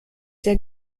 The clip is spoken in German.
sehr